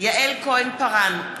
יעל כהן-פארן,